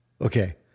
Okay